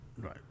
Right